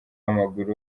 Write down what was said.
w’amaguru